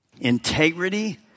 Integrity